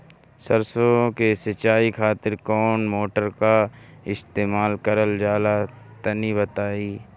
सरसो के सिंचाई खातिर कौन मोटर का इस्तेमाल करल जाला तनि बताई?